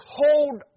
hold